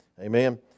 Amen